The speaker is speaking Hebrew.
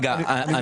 בבקשה, תסיים.